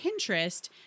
Pinterest